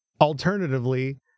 alternatively